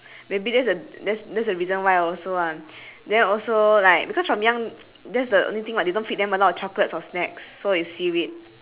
maybe that's a that's that's a reason why also then also like because from young that's the only thing what they don't feed them a lot of chocolate or snacks so it's seaweed